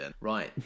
Right